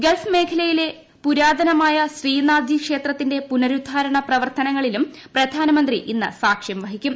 ഗൃശ്ശ് മ്യേഖലയിലെ പുരാതനമായ ശ്രീനാഥ് ജി ക്ഷേത്രത്തിന്റെ പുനരുദ്ധാര്ങ് പ്രവർത്തനങ്ങളിലും പ്രധാനമന്ത്രി ഇന്ന് സാക്ഷ്യം വഹിക്കും